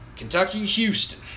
Kentucky-Houston